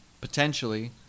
potentially